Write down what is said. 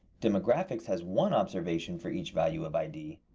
demographics has one observation for each value of id.